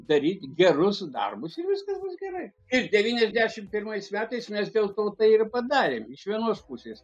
daryt gerus darbus ir viskas bus gerai ir devyniasdešimt pirmais metais mes dėl to tai ir padarėm iš vienos pusės